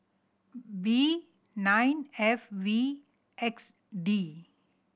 B nine F V X D